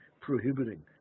prohibiting